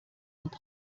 und